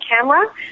camera